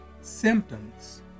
Symptoms